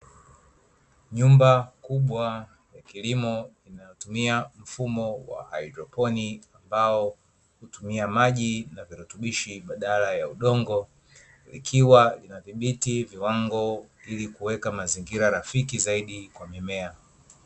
Nyumba kubwa ya kilimo inayotumia mfumo wa haidroponi, ambao hutumia maji na virutubishi badala ya udongo, vikiwa vinadhiti viwango ili kuweka mazingira rafiki zaidi kwa mimea.